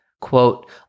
quote